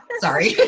Sorry